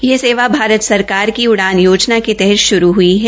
यह सेवा भारत सरकार की उड़ान योजना के तहत शुरू हई है